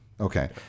Okay